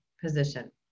position